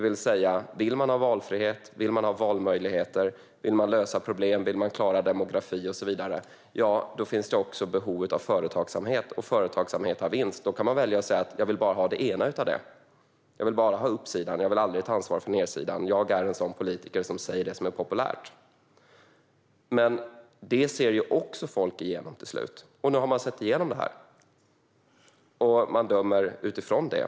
Om man vill ha valfrihet och valmöjligheter, om man vill lösa problem och om man vill klara demografin och så vidare finns det också behov av företagsamhet. Företagsamhet har vinst. Man kan välja att säga: Jag vill bara ha det ena av detta. Jag vill bara ha uppsidan, och jag vill aldrig ta ansvar för nedsidan. Jag är en sådan politiker som säger det som är populärt. Men även detta ser folk igenom till slut, och nu har de sett igenom detta och dömer utifrån det.